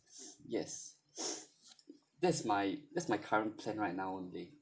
yes that's my that's my current plan right now only